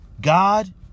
God